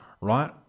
right